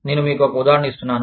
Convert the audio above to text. నేను మీకు ఒక ఉదాహరణ ఇస్తున్నాను